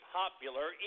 popular